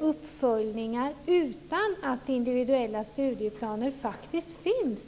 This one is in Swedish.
uppföljningar utan att det finns individuella studieplaner.